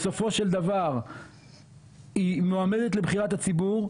בסופו של דבר היא מועמדת לבחירת הציבור,